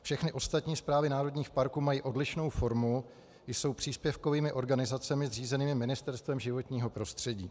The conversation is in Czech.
Všechny ostatní správy národních parků mají odlišnou formu, jsou příspěvkovými organizacemi zřízenými Ministerstvem životního prostředí.